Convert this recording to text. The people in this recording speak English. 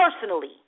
personally